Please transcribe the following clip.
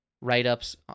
Write-ups